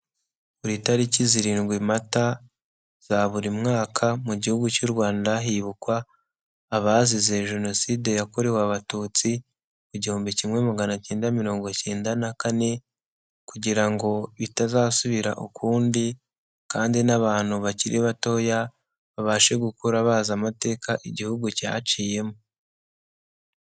Buri tariki zirindwi mata za buri mwaka mu gihugu cy'u Rwanda hibukwa abazize jenoside yakorewe abatutsi, mu gihumbi kimwe magana kenda mirongo kenda na kane kugira ngo bitazasubira ukundi kandi n'abantu bakiri batoya babashe gukura bazi amateka Igihugu cyaciyemo.